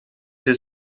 des